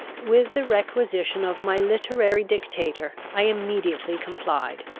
with the requisition of my literary dictator i immediately complied.